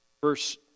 verse